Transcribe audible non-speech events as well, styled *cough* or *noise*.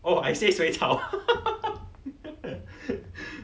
oh I say 水草 *laughs*